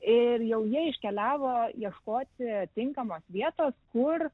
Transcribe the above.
ir jau jie iškeliavo ieškoti tinkamos vietos kur